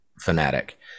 fanatic